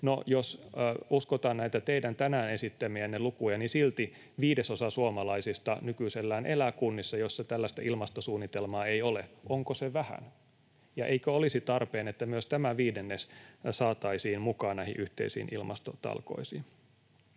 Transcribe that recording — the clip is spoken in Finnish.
jos uskotaan näitä teidän tänään esittämiänne lukuja, niin silti viidesosa suomalaisista nykyisellään elää kunnissa, joissa tällaista ilmastosuunnitelmaa ei ole. Onko se vähän? Ja eikö olisi tarpeen, että myös tämä viidennes saataisiin mukaan näihin yhteisiin ilmastotalkoisiin?